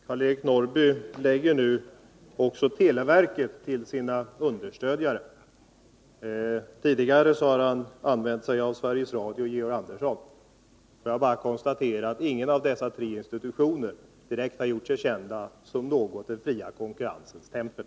Herr talman! Karl-Eric Norrby lägger nu televerket till sina understödjare; tidigare har han använt Sveriges Radio och Georg Andersson. Får jag bara konstatera att ingen av dessa tre institutioner direkt har gjort sig känd som något den fria konkurrensens tempel.